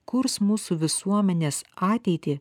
kurs mūsų visuomenės ateitį